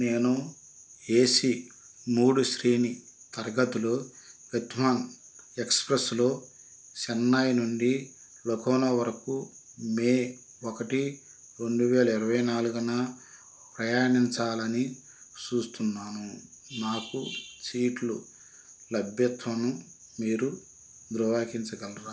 నేను A C మూడు శ్రేణి తరగతిలో గతిమాన్ ఎక్స్ప్రెస్లో చెన్నై నుండి లక్నౌ వరకు మే ఒకటి రెండు వేల ఇరవై నాలుగున ప్రయాణించాలని చూస్తున్నాను నాకు సీట్లు లభ్యతను మీరు ధృవీకరించగలరా